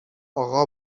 اقا